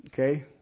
Okay